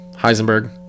heisenberg